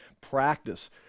practice